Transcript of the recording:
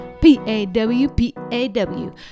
P-A-W-P-A-W